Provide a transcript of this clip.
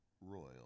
royal